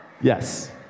Yes